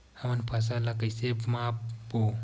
हमन फसल ला कइसे माप बो?